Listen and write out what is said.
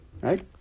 right